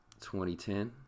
2010